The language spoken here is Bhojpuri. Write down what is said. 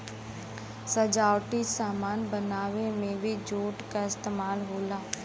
सजावटी सामान बनावे में भी जूट क इस्तेमाल होला